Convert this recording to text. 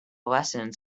lessons